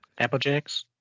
Applejacks